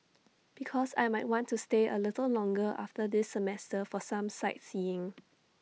because I might want to stay A little longer after this semester for some sightseeing